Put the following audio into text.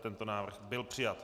Tento návrh byl přijat.